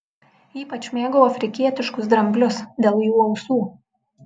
ypač mėgau afrikietiškus dramblius dėl jų ausų